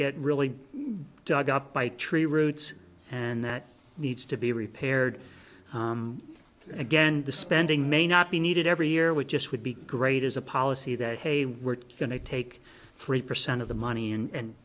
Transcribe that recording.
get really dug up by tree roots and that needs to be repaired again the spending may not be needed every year we just would be great as a policy that hey we're going to take three percent of the money and